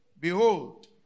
Behold